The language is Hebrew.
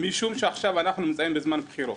משום שעכשיו אנחנו נמצאים בזמן בחירות